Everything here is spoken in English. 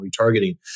retargeting